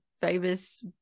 famous